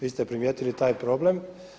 Vi ste primijetili taj problem.